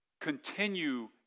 Continue